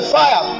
fire